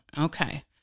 Okay